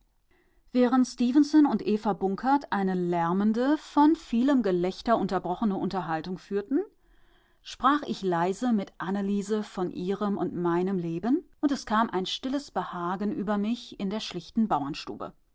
während stefenson und eva bunkert eine lärmende von vielem gelächter unterbrochene unterhaltung führten sprach ich leise mit anneliese von ihrem und meinem leben und es kam ein stilles behagen über mich in der schlichten